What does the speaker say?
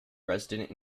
resident